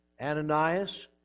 Ananias